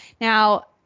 Now